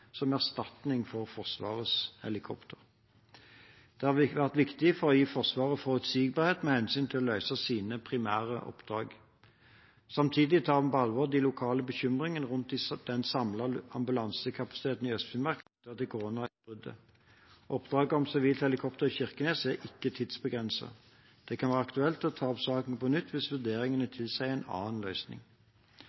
som erstatning for Forsvarets helikopter. Dette er viktig for å gi Forsvaret forutsigbarhet med hensyn til å løse sine primære oppdrag. Samtidig tar vi på alvor de lokale bekymringene rundt den samlede ambulansekapasiteten i Øst-Finnmark knyttet til koronautbruddet. Oppdraget om sivilt helikopter i Kirkenes er ikke tidsbegrenset. Det kan være aktuelt å ta opp saken på nytt hvis